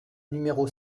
numéro